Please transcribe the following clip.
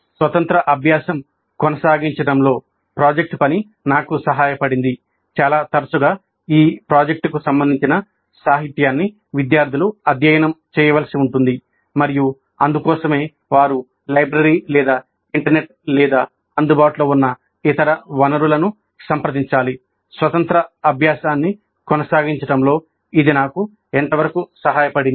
స్వతంత్ర అభ్యాసం కొనసాగించడంలో ప్రాజెక్ట్ పని నాకు సహాయపడింది